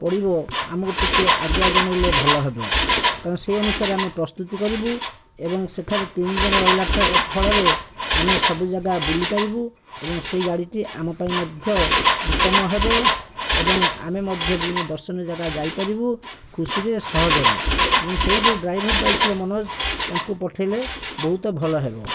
ପଡ଼ିବ ଆମକୁ ଟିକିଏ ଆଗୁଆ ଜଣେଇଲେ ଭଲ ହେବ କାରଣ ସେହି ଅନୁସାରେ ଆମେ ପ୍ରସ୍ତୁତି କରିବୁ ଏବଂ ସେଠରେ ତିନି ଦିନ ରହିଲା ଫଳରେ ଆମେ ସବୁ ଜାଗା ବୁଲି ପାରିବୁ ଏବଂ ସେଇ ଗାଡ଼ିଟି ଆମ ପାଇଁ ମଧ୍ୟ ଉତ୍ତମ ହେବ ଏବଂ ଆମେ ମଧ୍ୟ ବିଭିନ୍ନ ଦର୍ଶନୀୟ ଜାଗା ଯାଇପାରିବୁ ଖୁସିରେ ସହଜରେ ଏବଂ ସେହି ଯେଉଁ ଡ୍ରାଇଭର୍ ଯାଇଥିଲେ ମୋନଜ ତାଙ୍କୁ ପଠେଇଲେ ବହୁତ ଭଲ ହେବ